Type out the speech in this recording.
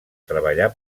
treballar